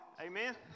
amen